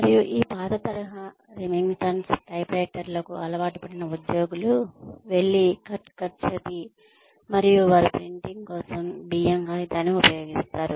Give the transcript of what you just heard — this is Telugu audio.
మరియు ఈ పాత తరహా రెమింగ్టన్ టైప్రైటర్ల కు అలవాటుపడిన ఉద్యోగులు వెల్లి కట్ కట్ చెప్పి మరియు వారు ప్రింటింగ్ కోసం బియ్యం కాగితాన్ని ఉపయోగిస్తారు